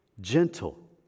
gentle